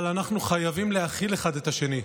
אבל אנחנו חייבים להכיל האחד את השני.